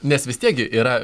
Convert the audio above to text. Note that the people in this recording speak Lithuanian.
nes vis tiek gi yra